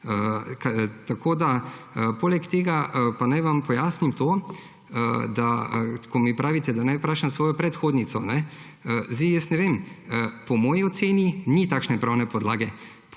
plačo. Poleg tega pa naj vam pojasnim to, ko mi pravite, da naj vprašam svojo predhodnico. Ne vem, po moji oceni ni takšne podlage.